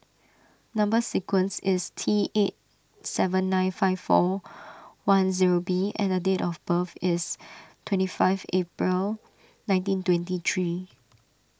Number Sequence is T eight seven nine five four one zero B and date of birth is twenty five April nineteen twenty three